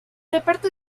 reparto